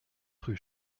rue